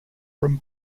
from